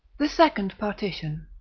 the second partition.